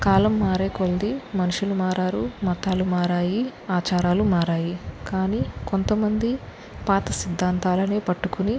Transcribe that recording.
కాలం మారేకొద్దీ మనుషులు మారారు మతాలు మారాయి ఆచారాలు మారాయి కానీ కొంతమంది పాత సిద్ధాంతాలనే పట్టుకుని